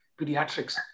pediatrics